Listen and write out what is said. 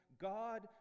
God